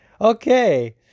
Okay